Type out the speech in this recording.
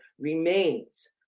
remains